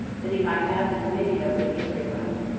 that he might have the dominion over the israelites,